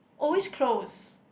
always close